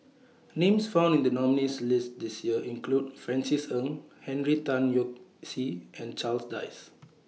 Names found in The nominees' list This Year include Francis Ng Henry Tan Yoke See and Charles Dyce